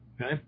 Okay